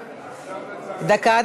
דקה,